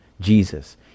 Jesus